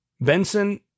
Benson